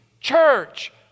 church